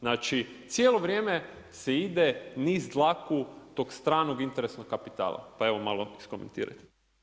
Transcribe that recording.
Znači cijelo vrijeme se ide niz dlaku tog stranog interesnog kapitala, pa evo malo iskomentirajte.